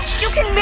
you can